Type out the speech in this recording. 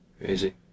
Crazy